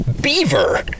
Beaver